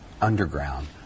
underground